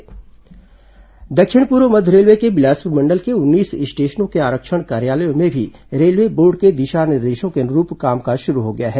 corona railway दक्षिण पूर्व मध्य रेलवे के बिलासपुर मंडल के उन्नीस स्टेशनों के आरक्षण कार्यालयों में भी रेलवे बोर्ड के दिशा निर्देशों के अनुरूप कामकाज शुरू हो गया है